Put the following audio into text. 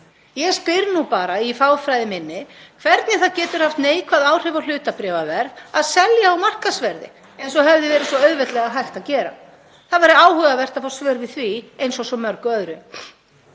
Ég spyr nú bara í fáfræði minni hvernig það getur haft neikvæð áhrif á hlutabréfaverð að selja á markaðsverði eins og svo auðveldlega hefði verið hægt að gera. Það væri áhugavert að fá svör við því eins og svo mörgu öðru.